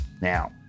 Now